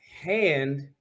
hand